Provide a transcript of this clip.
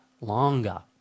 longer